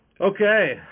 Okay